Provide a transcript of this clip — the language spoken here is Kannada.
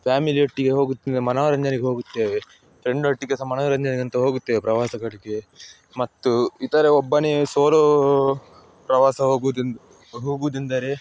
ಫ್ಯಾಮಿಲಿ ಒಟ್ಟಿಗೆ ಹೋಗುತ್ತೆ ಮನೋರಂಜನೆಗೆ ಹೋಗುತ್ತೇವೆ ಫ್ರೆಂಡ್ ಒಟ್ಟಿಗೆ ಸಹ ಮನೋರಂಜನೆಗಂತ ಹೋಗುತ್ತೇವೆ ಪ್ರವಾಸಗಳಿಗೆ ಮತ್ತು ಇತರೆ ಒಬ್ಬನೇ ಸೋಲೋ ಪ್ರವಾಸ ಹೋಗೋದೆಂದರೆ